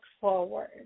forward